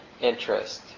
interest